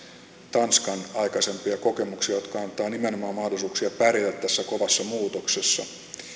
tanskan aikaisempia kokemuksia jotka antavat nimenomaan mahdollisuuksia pärjätä tässä kovassa muutoksessa